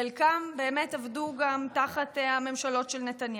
חלקם באמת עבדו גם תחת הממשלות של נתניהו,